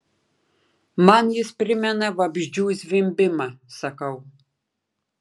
man jis primena vabzdžių zvimbimą sakau